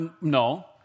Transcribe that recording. no